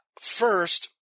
First